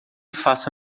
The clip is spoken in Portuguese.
faça